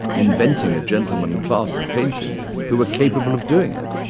inventing a gentleman class of painters who were capable of doing it.